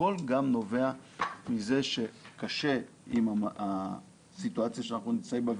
הכול גם נובע מזה שקשה עם הסיטואציה שאנחנו נמצאים בה,